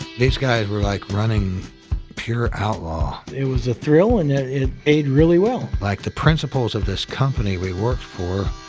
these guys were like running pure outlaw. it was a thrill and it it paid really well. like the principles of this company we worked for,